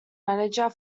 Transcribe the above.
manager